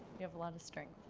you have a lot of strength.